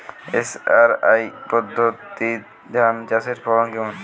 SRI পদ্ধতি ধান চাষের ফলন কেমন?